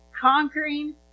conquering